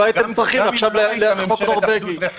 לא הייתם צריכים עכשיו חוק נורווגי.